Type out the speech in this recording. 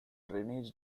drainage